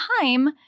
time